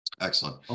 Excellent